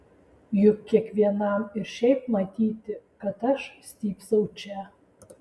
juk kiekvienam ir šiaip matyti kad aš stypsau čia